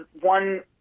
one